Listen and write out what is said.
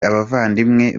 abavandimwe